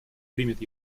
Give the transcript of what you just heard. примет